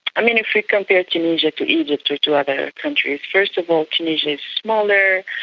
i mean, if we compare tunisia to egypt, to to other countries, first of all tunisia is smaller,